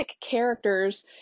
characters